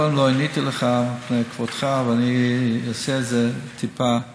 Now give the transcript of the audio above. קודם לא עניתי לך מפני כבודך ואני אעשה את זה טיפה נימוסי: